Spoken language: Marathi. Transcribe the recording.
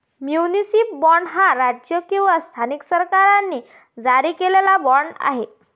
म्युनिसिपल बाँड हा राज्य किंवा स्थानिक सरकारांनी जारी केलेला बाँड आहे